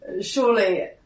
surely